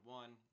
one